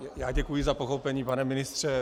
Já děkuji za pochopení, pane ministře.